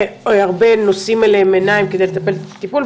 שהרבה נושאים אליהם עיניים כדי לקבל טיפול,